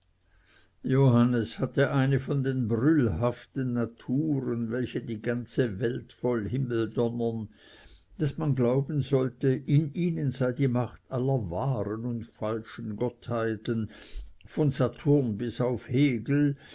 johannes hatte eine von den brüllhaften naturen welche die ganze welt voll himmeldonnern daß man glauben sollte in ihnen sei die macht aller wahren und falschen gottheiten von saturn bis auf hegel